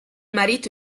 marito